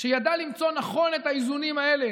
שידע למצוא נכון את האיזונים האלה,